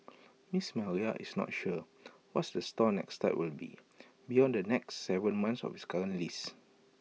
miss Maria is not sure what's the store next step will be beyond the next Seven months of its current lease